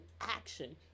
action